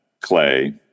clay